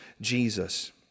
Jesus